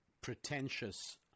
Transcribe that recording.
pretentious